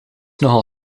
nogal